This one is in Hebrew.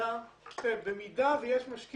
במערכת הבנקאית, למדנו בדיוק מה הם עושים.